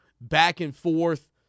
back-and-forth